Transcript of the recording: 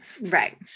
Right